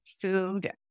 food